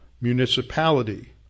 municipality